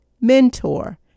mentor